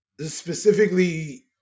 specifically